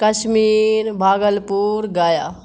Kashmir Bhagalpur گیا